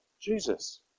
Jesus